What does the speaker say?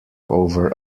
over